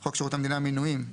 חוק שירות המדינה (מינויים),